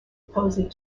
posey